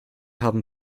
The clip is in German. haben